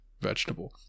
vegetable